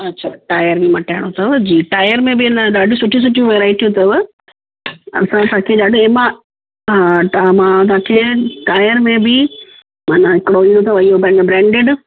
अच्छा टायर बि मटाइणो अथव जी टायर में बि एन ॾाढियूं सुठियूं सुठियूं वैराएटियूं अथव असां तव्हांखे ॾाढा एमा हा त मां तव्हांखे टायर में बि मना हिकिड़ो इहो अथव इहे पंहिंजो ब्रैंडेड